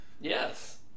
Yes